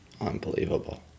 Unbelievable